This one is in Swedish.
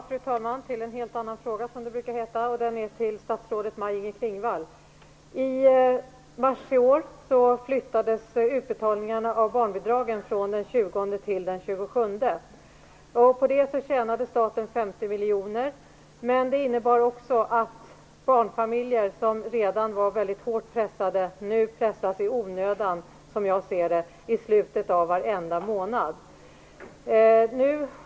Fru talman! Nu till en helt annan fråga, som det brukar heta. Den är riktad till statsrådet Maj-Inger I mars i år flyttades utbetalningarna av barnbidragen från den 20 till den 27. På det tjänade staten 50 miljoner kronor, men det innebar också att redan väldigt hårt pressade barnfamiljer nu pressas i onödan, som jag ser det, i slutet av varenda månad.